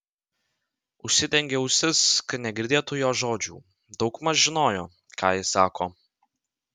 užsidengė ausis kad negirdėtų jos žodžių daugmaž žinojo ką ji sako